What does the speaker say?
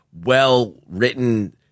well-written